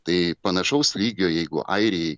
tai panašaus lygio jeigu airijai